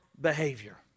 behavior